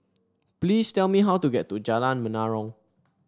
please tell me how to get to Jalan Menarong